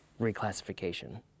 reclassification